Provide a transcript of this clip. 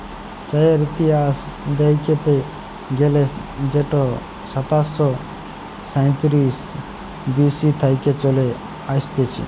চাঁয়ের ইতিহাস দ্যাইখতে গ্যালে সেট সাতাশ শ সাঁইতিরিশ বি.সি থ্যাইকে চলে আইসছে